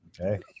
Okay